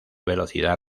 velocidad